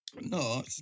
No